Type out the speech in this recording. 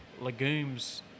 legumes